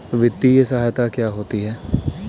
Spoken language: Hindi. वित्तीय सहायता क्या होती है?